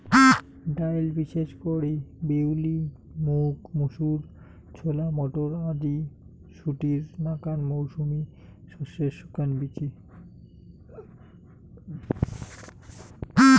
ডাইল বিশেষ করি বিউলি, মুগ, মুসুর, ছোলা, মটর আদি শুটির নাকান মৌসুমী শস্যের শুকান বীচি